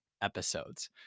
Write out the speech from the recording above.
episodes